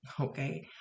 okay